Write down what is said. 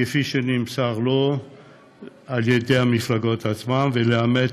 כפי שנמסר לו על ידי המפלגות עצמן, ויאמת